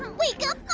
um wake up,